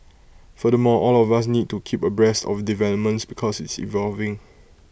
furthermore all of us need to keep abreast of developments because it's evolving